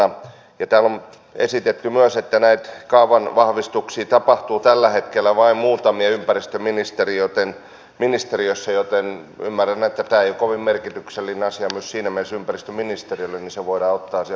täällä on esitetty myös että näitä kaavanvahvistuksia tapahtuu tällä hetkellä vain muutamia ympäristöministeriössä joten ymmärrän että kun tämä ei kovin merkityksellinen asia myöskään siinä mielessä ole ympäristöministeriölle niin se voidaan ottaa sieltä ihan hyvin alueille